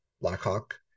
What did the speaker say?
Blackhawk